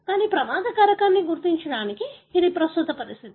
కానీ ప్రమాద కారకాన్ని గుర్తించడానికి ఇది ప్రస్తుత పద్ధతి